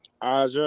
Aja